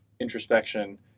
introspection